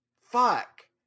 Fuck